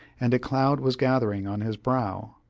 and a cloud was gathering on his brow.